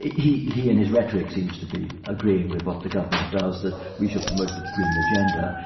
he he and his rhetoric seems to be agreeing with what the government does, that we should promote the green agenda.